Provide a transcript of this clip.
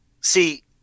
See